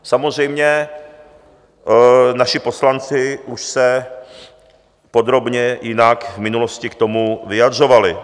Samozřejmě, naši poslanci už se podrobně i jinak v minulosti k tomu vyjadřovali.